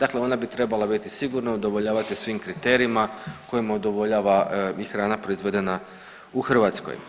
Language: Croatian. dakle ona bi trebala biti sigurna, udovoljavati svim kriterijima kojima udovoljava i hrana proizvedena u Hrvatskoj.